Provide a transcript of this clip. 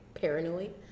paranoid